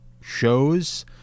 shows